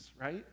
right